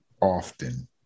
often